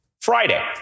Friday